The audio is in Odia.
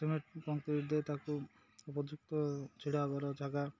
ସିମେଣ୍ଟ୍ କଂକ୍ରିଟ୍ ଦେଇ ତାକୁ ଉପଯୁକ୍ତ ଛିଡ଼ାବର ଜାଗା